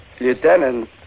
Lieutenant